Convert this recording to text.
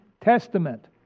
testament